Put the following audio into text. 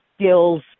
skills